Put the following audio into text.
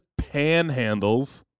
Panhandles